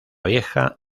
vieja